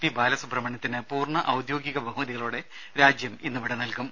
P ബാലസുബ്രഹ്മണ്യത്തിന് പൂർണ്ണ ഔദ്യോഗിക ബഹുമതികളോടെ രാജ്യം ഇന്ന് വിട നൽകും